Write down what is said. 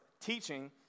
teaching